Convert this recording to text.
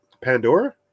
Pandora